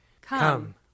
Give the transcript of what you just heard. Come